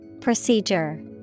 Procedure